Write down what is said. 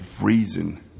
reason